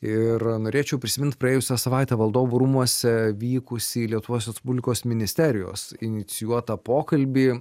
ir norėčiau prisimint praėjusią savaitę valdovų rūmuose vykusį lietuvos respublikos ministerijos inicijuotą pokalbį